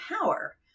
power